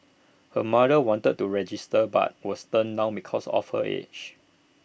her mother wanted to register but was turned down because of her age